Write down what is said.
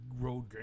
road